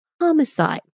homicide